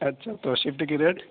اچھا تو شفٹ کی ریٹ